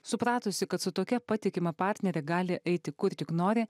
supratusi kad su tokia patikima partnere gali eiti kur tik nori